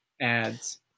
ads